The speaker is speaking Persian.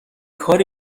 کاری